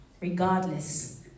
regardless